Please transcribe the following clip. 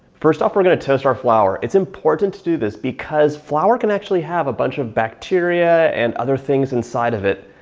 first off, we're going to toast our flour. it's important to do this, because flour can actually have a bunch of bacteria and other things inside of it,